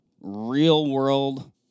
real-world